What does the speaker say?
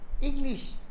English